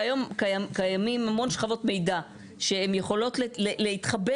שהיום קיימות המון שכבות מידע שיכולות להתחבר.